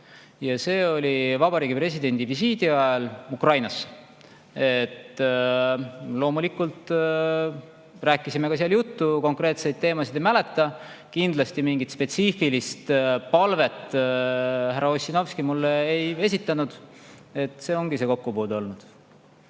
See oli vabariigi presidendi visiidi ajal Ukrainas. Loomulikult rääkisime seal ka juttu, konkreetseid teemasid ei mäleta. Kindlasti mingit spetsiifilist palvet härra Ossinovski mulle ei esitanud. See ongi see kokkupuude olnud.